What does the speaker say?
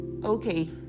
Okay